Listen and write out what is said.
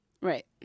Right